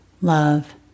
love